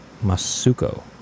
Masuko